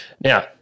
Now